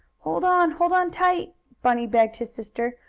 hold on! hold on tight! bunny begged his sister,